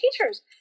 teachers